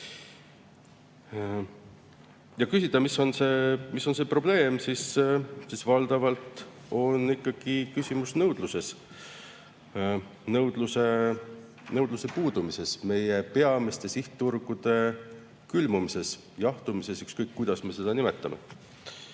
kui küsida, mis on probleem, siis valdavalt on ikkagi küsimus nõudluses, õigemini nõudluse puudumises, meie peamiste sihtturgude külmumises või jahtumises – ükskõik, kuidas me seda nimetame.